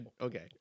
Okay